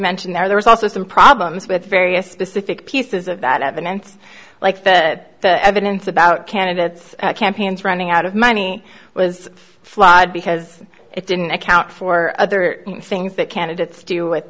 mentioned there was also some problems with various specific pieces of bad evidence like that evidence about candidates campaigns running out of money was flawed because it didn't account for other things that candidates do with